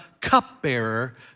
cupbearer